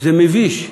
זה מביש,